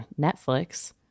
Netflix